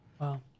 Wow